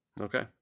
Okay